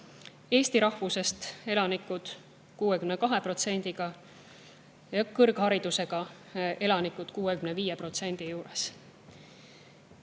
eesti rahvusest elanikud 62%‑ga ja kõrgharidusega elanikud umbes